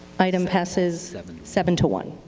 item passes seven seven to one.